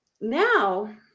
now